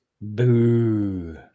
Boo